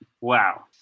Wow